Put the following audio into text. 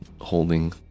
holding